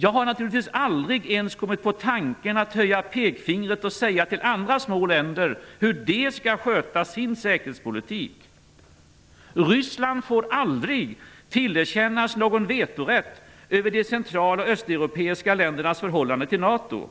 Jag har naturligtvis aldrig ens kommit på tanken att höja pekfingret och tala om för andra små länder hur de skall sköta sin säkerhetspolitik. Ryssland får aldrig tillerkännas någon vetorätt över de central och östeuropeiska ländernas förhållande till NATO.